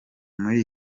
muri